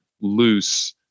loose